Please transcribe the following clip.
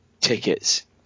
tickets